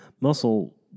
muscle